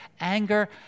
anger